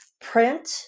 print